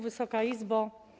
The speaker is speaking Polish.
Wysoka Izbo!